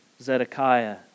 Zedekiah